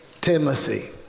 Timothy